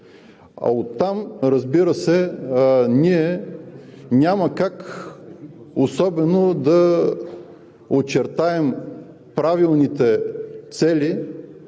а оттам, разбира се, ние няма как особено да очертаем правилните цели,